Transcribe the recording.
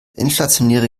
inflationäre